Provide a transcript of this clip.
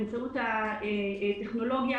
באמצעות הטכנולוגיה,